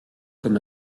comme